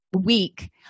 week